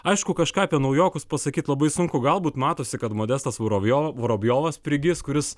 aišku kažką apie naujokus pasakyt labai sunku galbūt matosi kad modestas vorobjova vorobjovas prigis kuris